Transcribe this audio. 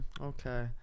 Okay